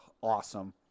awesome